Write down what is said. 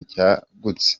cyagutse